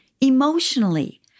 emotionally